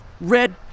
red